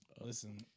Listen